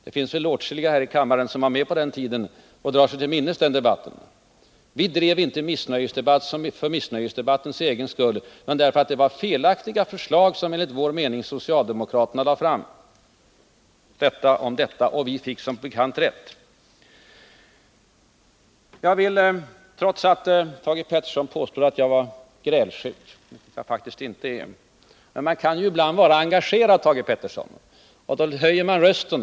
Det finns väl åtskilliga här i kammaren som var med på den tiden och kan dra sig till minnes den debatten. Vi förde inte en missnöjesdebatt, en debatt för dess egen skull utan därför att det enligt vår mening var felaktiga förslag som socialdemokraterna lade fram. Detta om detta. Och vi fick som bekant rätt. Thage Peterson påstod att jag var grälsjuk, vilket jag faktiskt inte är. Men man kan ibland vara engagerad, Thage Peterson, och då höjer man rösten.